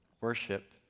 Worship